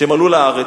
כשהם עלו לארץ.